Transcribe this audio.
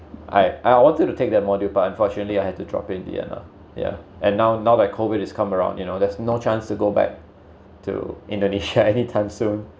I I wanted to take that module but unfortunately I had to drop in the end lah yeah and now now that COVID has come around you know there's no chance to go back to indonesia anytime soon